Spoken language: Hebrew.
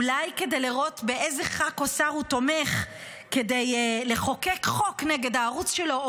אולי כדי לראות באיזה ח"כ או שר הוא תומך כדי לחוקק חוק נגד הערוץ שלו,